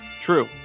True